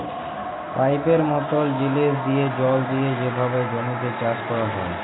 পাইপের মতল জিলিস দিঁয়ে জল দিঁয়ে যেভাবে জমিতে চাষ ক্যরা হ্যয়